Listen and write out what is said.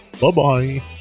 Bye-bye